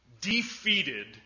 defeated